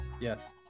Yes